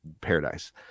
Paradise